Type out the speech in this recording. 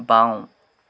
বাওঁ